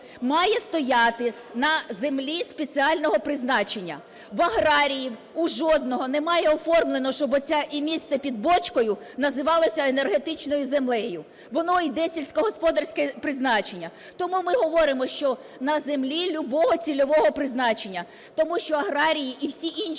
має стояти на землі спеціального призначення. В аграріїв у жодного немає оформлено, щоб оце і місце під бочкою називалося "енергетичною землею". Воно йде сільськогосподарське призначення. Тому ми говоримо, що на землі любого цільового призначення. Тому що аграрії і всі інші